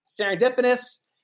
serendipitous